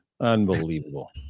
Unbelievable